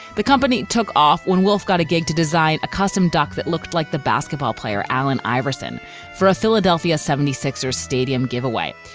the company took off when wolf got a gig to design a custom duck that looked like the basketball player allen iverson for a philadelphia seventy six ers stadium giveaway.